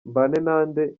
mbanenande